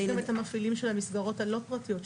יש גם את המפעילים של המסגרות הלא פרטיות,